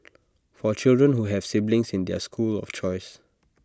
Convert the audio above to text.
for children who have siblings in their school of choice